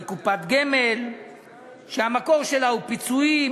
בקופת גמל שהמקור שלה הוא פיצויים,